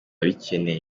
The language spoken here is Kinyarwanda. bikeneye